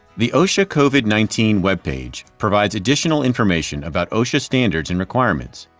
the osha covid nineteen webpage provides additional information about osha standards and requirements,